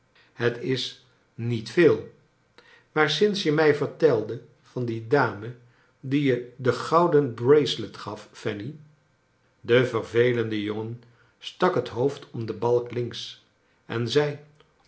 het is niet veel maar sinds je mij vertelde van die dame die je de gouden bracelet gal fanny de vervelende jongen stak het hoofd om den balk links en zei